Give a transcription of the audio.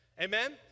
amen